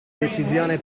decisione